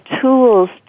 tools